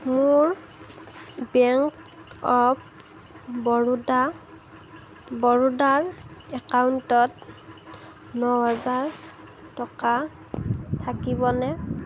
মোৰ bank of Baroda বৰোদাৰ একাউণ্টত ন হাজাৰ টকা থাকিবনে